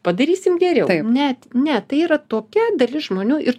padarysim geriau net ne tai yra tokia dalis žmonių ir